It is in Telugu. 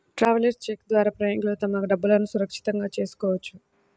ట్రావెలర్స్ చెక్ ద్వారా ప్రయాణికులు తమ డబ్బులును సురక్షితం చేసుకోవచ్చు